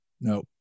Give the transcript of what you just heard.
no